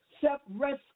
Self-rescue